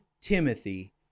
Timothy